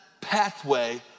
pathway